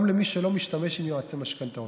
גם למי שלא משתמש ביועצי משכנתאות.